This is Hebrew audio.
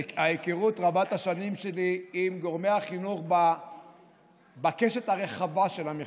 ההיכרות רבת-השנים שלי עם גורמי החינוך בקשת הרחבה של המחנכים,